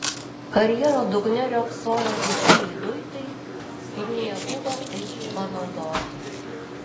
karjero dugne riogsojo didžiuliai luitai kurių nebuvo kaip panaudoti